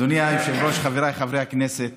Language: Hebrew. אדוני היושב-ראש, חבריי חברי הכנסת,